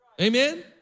Amen